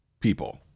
people